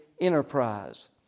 enterprise